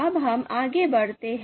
अब हम आगे बढ़ते हैं